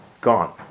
gone